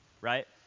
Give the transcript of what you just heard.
right